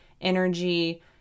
energy